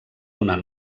donar